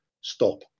stop